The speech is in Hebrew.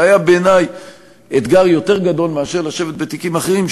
זה היה בעיני אתגר יותר גדול מאשר לשבת בתיקים אחרים,